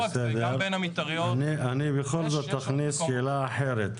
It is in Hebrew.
אני בכל זאת אכניס שאלה אחרת.